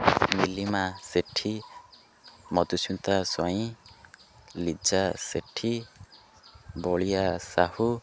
Nilima Sethi Madhusmita Swain Liza Sethi Balia Sahu